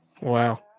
Wow